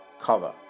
cover